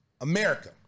America